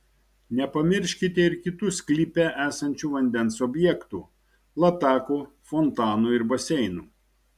nepamirškite ir kitų sklype esančių vandens objektų latakų fontanų ir baseinų